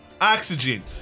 oxygen